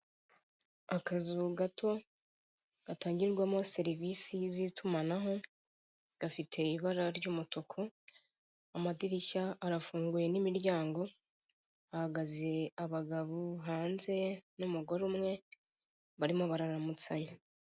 Akazu gato gatangirwamo serivisi z'itumanaho gafite ibara ry'umutuku, amadirishya arafunguye n'imiryango hahagaze abagabo hanze n'umugore umwe barimo bararamutsanya.